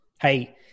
hey